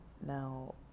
Now